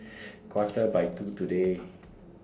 Quarter By two today